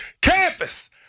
campus